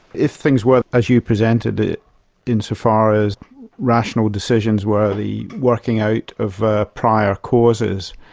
if things were as you presented it insofar as rational decisions were the working out of ah prior causes,